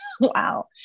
Wow